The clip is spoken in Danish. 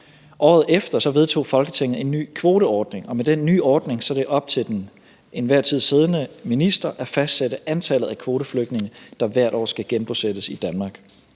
Året efter vedtog Folketinget en ny kvoteordning, og med den nye ordning er det op til den til enhver tid siddende minister at fastsætte antallet af kvoteflygtninge, der hvert år skal genbosættes i Danmark.